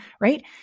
right